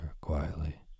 quietly